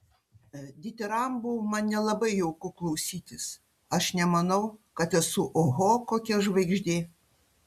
ditirambų man nelabai jauku klausytis aš nemanau kad esu oho kokia žvaigždė